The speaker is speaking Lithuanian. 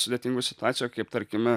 sudėtingų situacijų kaip tarkime